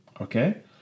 okay